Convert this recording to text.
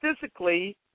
physically